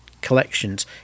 collections